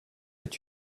est